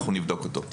אנחנו נבדוק אותו.